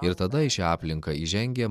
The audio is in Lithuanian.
ir tada į šią aplinką įžengė